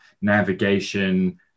navigation